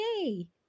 yay